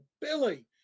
Billy